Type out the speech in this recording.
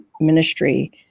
ministry